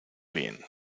bien